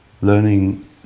learning